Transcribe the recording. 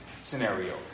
scenario